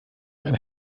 einen